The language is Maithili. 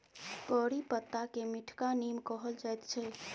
करी पत्ताकेँ मीठका नीम कहल जाइत छै